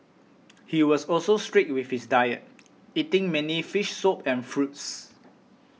he was also strict with his diet eating mainly fish soup and fruits